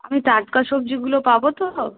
আমি টাটকা সবজিগুলো পাব তো